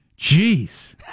Jeez